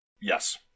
Yes